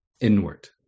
inward